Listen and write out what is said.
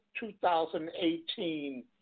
2018